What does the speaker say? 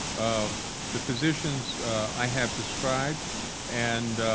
um the positions i have described and